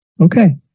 Okay